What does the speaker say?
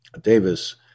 Davis